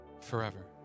forever